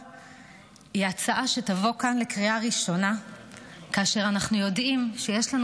היא הצעה שתבוא כאן לקריאה ראשונה כאשר אנחנו יודעים שיש לנו